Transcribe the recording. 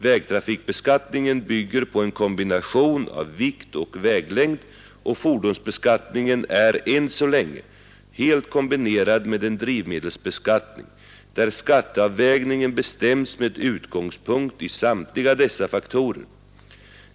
Vägtrafikbeskattningen bygger på en kombination av vikt och väglängd, och fordonsbeskattningen är än så länge helt kombinerad med en drivmedelsbeskattning, där skatteavvägningen bestämts med utgångspunkt i samtliga dessa faktorer.